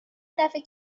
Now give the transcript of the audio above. دفه